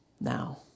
now